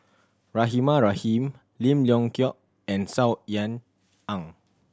Rahimah Rahim Lim Leong Geok and Saw Ean Ang